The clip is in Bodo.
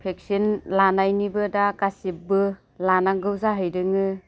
भेक्सिन लानायनिबो दा गासिब्बो लानांगौ जाहैदोङो